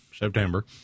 September